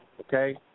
okay